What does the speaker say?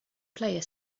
player